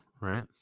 right